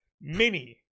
Mini